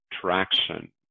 traction